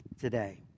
today